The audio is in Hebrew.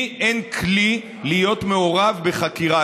לי אין כלי להיות מעורב בחקירה,